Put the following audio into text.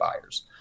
buyers